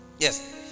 yes